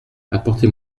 apportez